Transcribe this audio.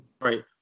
right